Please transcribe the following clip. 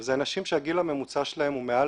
אלה אנשים שהגיל הממוצע שלהם הוא מעל